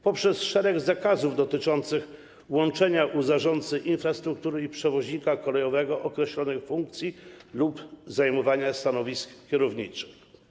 Chodzi o szereg zakazów dotyczących łączenia w przypadku zarządcy infrastruktury i przewoźnika kolejowego określonej funkcji lub zajmowania stanowisk kierowniczych.